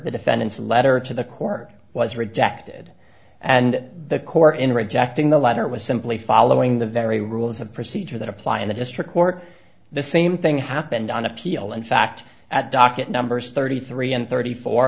the defendants letter to the court was rejected and the court in rejecting the letter was simply following the very rules of procedure that apply in the district court the same thing happened on appeal in fact at docket numbers thirty three and thirty four